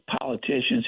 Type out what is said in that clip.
politicians